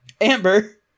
amber